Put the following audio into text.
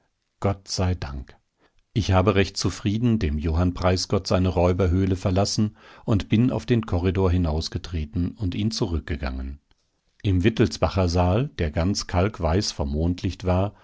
gott sei dank ich habe recht zufrieden dem johann preisgott seine räuberhöhle verlassen und bin auf den korridor hinausgetreten und ihn zurückgegangen im wittelsbacher saal der ganz kalkweiß vom mondlicht war